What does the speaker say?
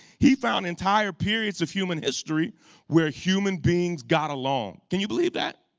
he found entire periods of human history where human beings got along. can you believe that?